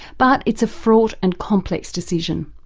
but it's a fraught and complex decision.